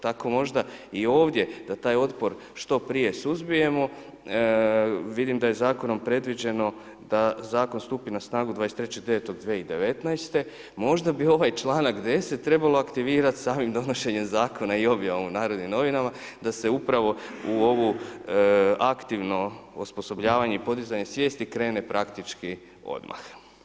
Tako možda i ovdje da taj otpor što prije suzbijemo, vidim da je zakonom predviđeno da zakon stupi na snagu 23.09.2019., možda bi ovaj članak 10. trebalo aktivirati sa ovim donošenjem zakona i objavom u Narodnim novinama da se upravo u ovo aktivno osposobljavanje i podizanje svijesti, krene praktički odmah.